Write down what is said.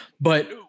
But-